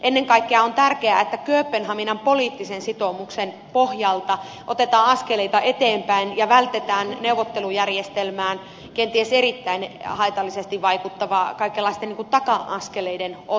ennen kaikkea on tärkeää että kööpenhaminan poliittisen sitoumuksen pohjalta otetaan askeleita eteenpäin ja vältetään neuvottelujärjestelmään kenties erittäin haitallisesti vaikuttavien kaikenlaisten taka askeleiden ottaminen